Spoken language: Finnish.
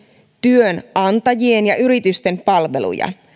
työnantajien ja yritysten palveluja